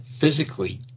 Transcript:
physically